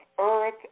earth